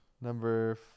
Number